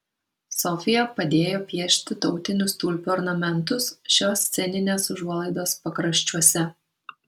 sofija padėjo piešti tautinius tulpių ornamentus šios sceninės užuolaidos pakraščiuose